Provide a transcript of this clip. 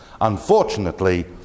unfortunately